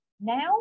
Now